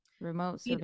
Remote